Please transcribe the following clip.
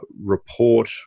report